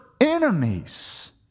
enemies